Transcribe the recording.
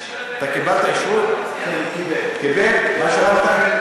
מה אתה מציע במקרה של, באמת, אני שואל באמת.